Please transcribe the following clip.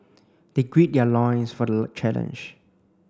they grid their loins for the challenge